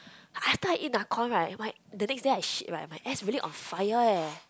after I eat Nakhon right my the next day I shit right my ass really on fire eh